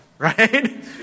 Right